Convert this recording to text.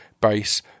base